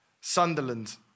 Sunderland